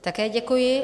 Také děkuji.